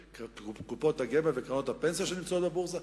קופות הגמל וקרנות הפנסיה שנמצאות בבורסה.